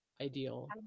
ideal